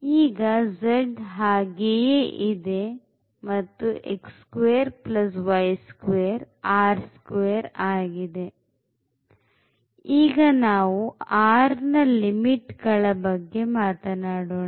ಈಗ z ಹಾಗೆಯೇ ಇದೆ ಮತ್ತು ಆಗಿದೆ ಈಗ ನಾವು r ನ ಲಿಮಿಟ್ ಗಳ ಬಗ್ಗೆ ಮಾತನಾಡೋಣ